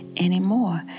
anymore